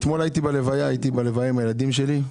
אתמול הייתי בלוויה, הייתי בלוויה עם הילדים שלי.